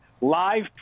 Live